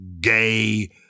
gay